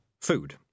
food